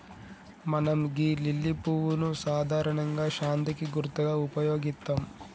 మనం గీ లిల్లీ పువ్వును సాధారణంగా శాంతికి గుర్తుగా ఉపయోగిత్తం